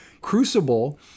crucible